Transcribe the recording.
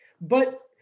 but-